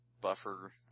buffer